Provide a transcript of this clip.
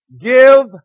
Give